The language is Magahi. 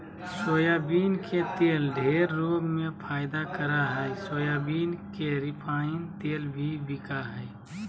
सोयाबीन के तेल ढेर रोग में फायदा करा हइ सोयाबीन के रिफाइन तेल भी बिका हइ